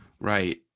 Right